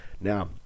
Now